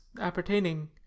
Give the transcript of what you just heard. appertaining